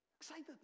excited